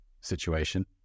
situation